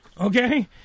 Okay